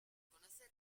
conoce